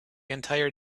entire